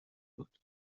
بود